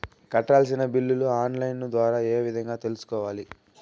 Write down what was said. కట్టాల్సిన బిల్లులు online ద్వారా ఏ విధంగా తెలుసుకోవాలి?